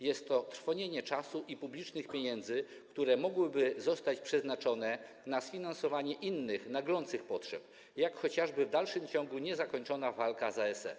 Jest to trwonienie czasu i publicznych pieniędzy, które mogłyby został przeznaczone na sfinansowanie innych, naglących potrzeb, jak chociażby na w dalszym ciągu niezakończoną walkę z ASF.